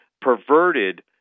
perverted